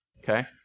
okay